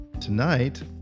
Tonight